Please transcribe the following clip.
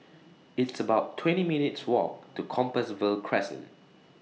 It's about twenty minutes' Walk to Compassvale Crescent